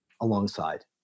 alongside